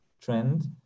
trend